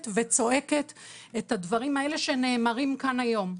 וצועקת את הדברים האלה שנאמרים כאן היום.